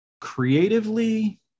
creatively